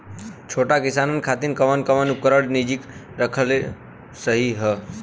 छोट किसानन खातिन कवन कवन उपकरण निजी रखल सही ह?